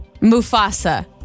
Mufasa